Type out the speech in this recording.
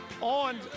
on